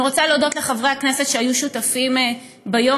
אני רוצה להודות לחברי הכנסת שהיו שותפים ביום